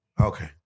okay